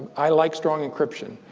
i like strong encryption.